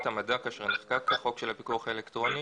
המדע כאשר נחקק החוק של הפיקוח האלקטרוני